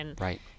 Right